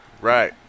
Right